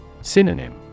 Synonym